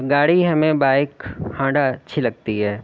گاڑی ہمیں بائک ہانڈا اچھی لگتی ہے